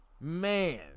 Man